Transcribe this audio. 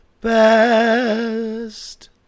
best